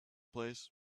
place